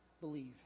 believe